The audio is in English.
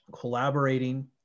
collaborating